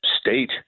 state